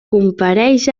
compareix